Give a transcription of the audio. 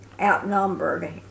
outnumbered